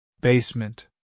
Basement